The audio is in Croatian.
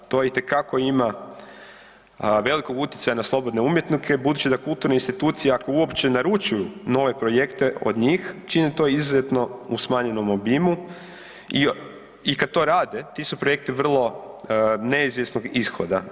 To itekako ima velikog utjecaja na slobodne umjetnike budući da kulturne institucije ako uopće naručuju nove projekte od njih čine to izuzetno u smanjenom obimu i kad to rade ti su projekti vrlo neizvjesnog ishoda.